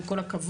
עם כל הכבוד,